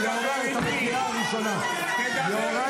אין לכם בושה --- אני עומד על הדוכן, תדבר איתי.